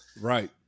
Right